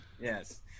yes